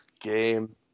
game